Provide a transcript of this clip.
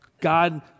God